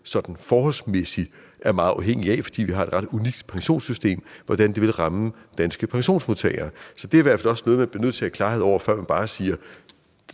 sådan forholdsmæssigt er meget afhængig af, fordi vi har et ret unikt pensionssystem – og om, hvordan det vil ramme danske pensionsmodtagere. Så det er i hvert fald også noget, man bliver nødt til at have klarhed over, før man bare siger: